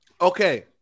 Okay